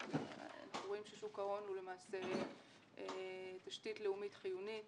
אנחנו רואים ששוק ההון הוא למעשה תשתית לאומית חיונית,